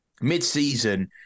mid-season